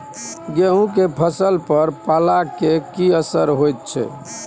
गेहूं के फसल पर पाला के की असर होयत छै?